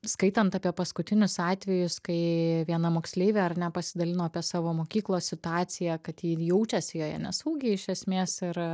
skaitant apie paskutinius atvejus kai viena moksleivė ar ne pasidalino apie savo mokyklos situaciją kad ji jaučiasi joje nesaugiai iš esmės ir